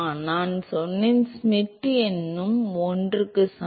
நான் சொன்னேன் ஷ்மிட் எண்ணும் 1க்கு சமம்